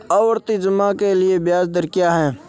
आवर्ती जमा के लिए ब्याज दर क्या है?